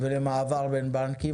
ולמעבר בין בנקים,